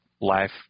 life